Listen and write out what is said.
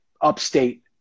upstate